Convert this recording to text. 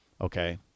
Okay